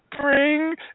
bring